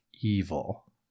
evil